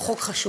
הוא חוק חשוב.